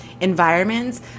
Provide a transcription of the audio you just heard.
environments